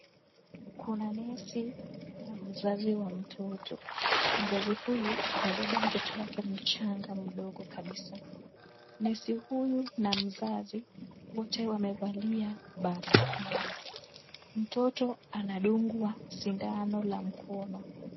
Kuna nesi na mzazi wa mtoto. Mzazi huyu amebeba mtoto wake mchanga, mdogo kabisa. Nesi huyu na mzazi, wote wamevalia barakoa. Mtoto anadungwa sindano la mkono.